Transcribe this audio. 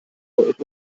deutlich